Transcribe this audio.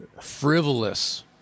frivolous